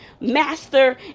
master